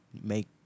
make